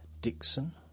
Dixon